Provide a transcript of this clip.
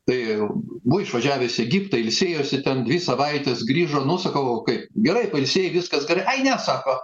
tai buvo išvažiavęs į egiptą ilsėjosi ten dvi savaites grįžo nu sakau kaip gerai pailsėjai viskas gerai ai ne sako